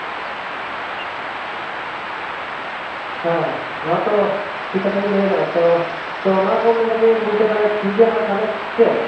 ᱦᱮᱸ ᱱᱚᱣᱟ ᱛᱚ ᱴᱷᱤᱠ ᱠᱟᱛᱷᱟ ᱜᱮᱢ ᱞᱟᱹᱭ ᱠᱟᱫᱟ ᱛᱚ ᱛᱚ ᱱᱚᱣᱟ ᱠᱚ ᱢᱮᱱ ᱠᱟᱛᱮ ᱜᱚᱢᱠᱮ ᱛᱟᱦᱚᱞᱮ ᱴᱷᱤᱠ ᱜᱮᱭᱟ ᱦᱟᱸᱜ ᱛᱟᱦᱚᱞᱮ ᱥᱮ ᱪᱮᱫ